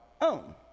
own